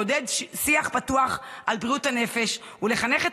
לעודד שיח פתוח על בריאות הנפש ולחנך את